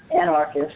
anarchist